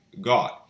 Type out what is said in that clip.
God